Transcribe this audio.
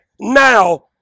now